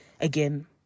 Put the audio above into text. again